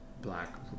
Black